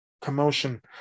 commotion